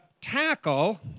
tackle